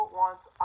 wants